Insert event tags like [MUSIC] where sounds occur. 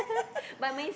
[LAUGHS]